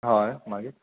हय मागीर